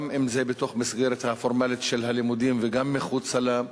גם אם זה בתוך המסגרת הפורמלית של הלימודים וגם אם מחוצה לה.